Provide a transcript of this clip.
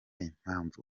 impamvu